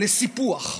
לסיפוח,